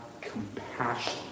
compassion